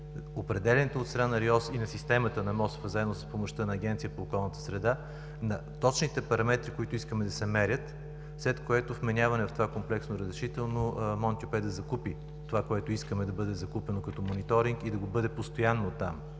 за определянето от страна на РИОСВ и на системата на МОСВ заедно с помощта на Агенцията по околната среда на точните параметри, които искаме да се мерят, след което вменяване в това комплексно разрешително „Монтюпе“ да закупи това, което искаме да бъде закупено като мониторинг и да бъде постоянно там